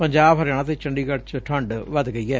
ਪੰਜਾਬ ਹਰਿਆਣਾ ਤੇ ਚੰਡੀਗੜ ਚ ਠੰਡ ਵਧ ਗਈ ਐ